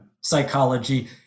psychology